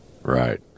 Right